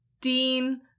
Dean